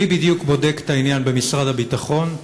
מי בדיוק בודק את העניין במשרד הביטחון?